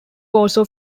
also